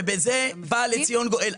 ובזה בא לציון גואל.